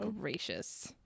gracious